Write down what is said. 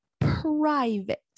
private